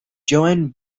joan